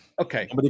Okay